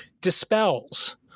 dispels